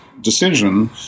decision